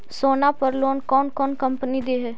सोना पर लोन कौन कौन कंपनी दे है?